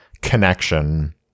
connection